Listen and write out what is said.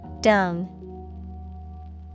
Dung